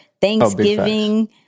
thanksgiving